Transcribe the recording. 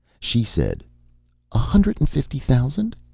she said a hundred and fifty thousand?